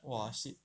!wah! shit